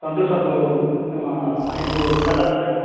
సంతూర్ సబ్బు ఐదు కట్ట